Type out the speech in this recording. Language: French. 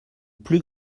plus